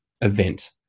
event